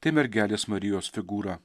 tai mergelės marijos figūra